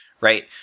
right